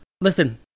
Listen